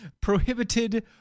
prohibited